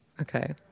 Okay